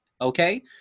okay